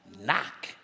knock